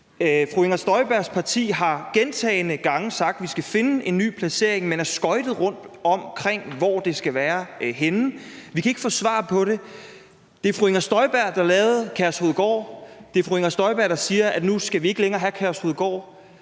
Fru Inger Støjbergs parti har gentagne gange sagt, at vi skal finde en ny placering, men har skøjtet rundt, i forhold til hvor det skal være henne. Vi kan ikke få svar på det. Det er fru Inger Støjberg, der lavede Udrejsecenter Kærshovedgård. Det er fru Inger Støjberg, der siger, at nu skal vi ikke længere have Kærshovedgård.